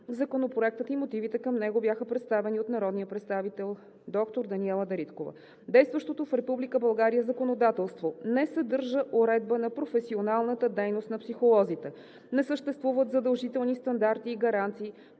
Законопроектът и мотивите към него бяха представени от народния представител доктор Даниела Дариткова. Действащото в Република България законодателство не съдържа уредба на професионалната дейност на психолозите. Не съществуват задължителни стандарти и гаранции